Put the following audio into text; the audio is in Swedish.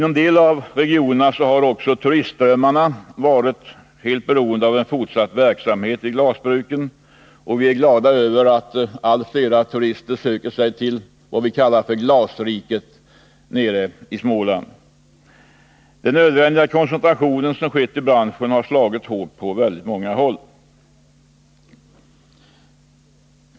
Inom en del av regionerna har turistströmmarna varit helt beroende av fortsatt verksamhet vid glasbruken, och vi är glada över att allt flera turister söker sig till vad vi kallar Glasriket nere i Småland. Den nödvändiga koncentration som skett i branschen har slagit hårt på många håll.